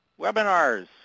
webinars